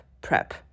prep